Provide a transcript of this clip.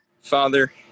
Father